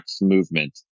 movement